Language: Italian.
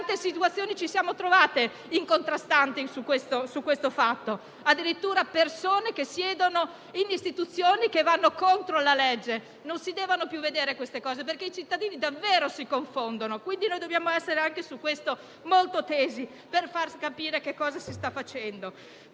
quante situazioni contrastanti abbiamo assistito, addirittura persone che siedono nelle istituzioni che vanno contro la legge: non si devono più vedere queste cose, perché i cittadini davvero si confondono. Dobbiamo essere anche su questo molto tesi per far capire che cosa si sta facendo.